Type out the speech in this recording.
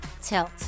tilt